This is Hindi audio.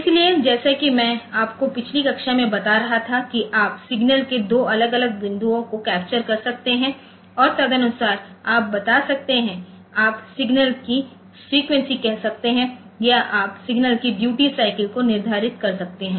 इसलिए जैसा कि मैं आपको पिछली कक्षा में बता रहा था कि आप सिग्नल के 2 अलग अलग बिंदुओं को कैप्चर कर सकते हैं और तदनुसार आप बता सकते हैं आप सिग्नल की फ्रीक्वेंसी कह सकते हैं या आप सिग्नल के ड्यूटी साइकिल को निर्धारित कर सकते हैं